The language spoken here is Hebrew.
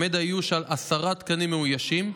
עומד האיוש על עשרה תקנים מאוישים,